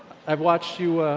i've watched you, i